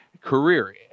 career